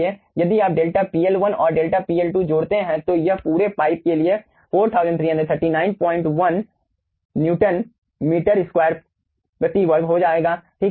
इसलिए यदि आप डेल्टा PL1 और डेल्टा PL2 जोड़ते हैं तो यह पूरे पाइप के लिए 433916 न्यूटन मीटर प्रति वर्ग हो जाता है